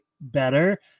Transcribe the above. better